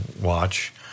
watch